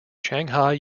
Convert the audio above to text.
shanghai